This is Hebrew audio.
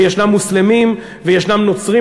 ויש מוסלמים ויש נוצרים,